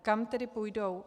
Kam tedy půjdou?